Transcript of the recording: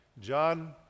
John